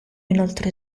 inoltre